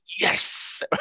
yes